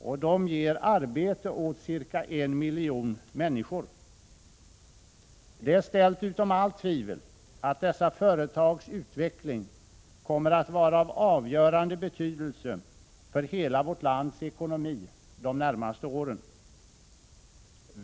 Dessa ger arbete åt ca 1 miljon människor. Det är ställt utom allt tvivel att dessa företags utveckling kommer att vara av avgörande betydelse för hela vårt lands ekonomi de närmaste åren.